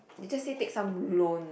he just say take some loan ah